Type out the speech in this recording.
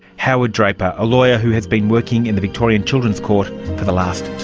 howard draper, a lawyer who has been working in the victorian children's court for the last